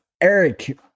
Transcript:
eric